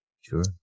Sure